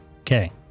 Okay